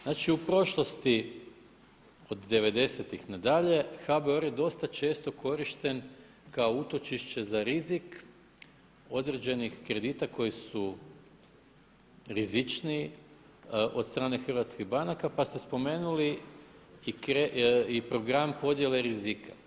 Znači u prošlosti od 90-tih na dalje HBOR je dosta često korišten kao utočište za rizik određenih kredita koji su rizičniji od strane hrvatskih banaka, pa ste spomenuli i program podjele rizika.